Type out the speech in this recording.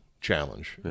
challenge